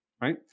right